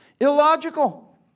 Illogical